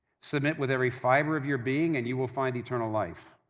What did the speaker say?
submit with every fiber of your being, and you will find eternal life.